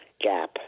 gap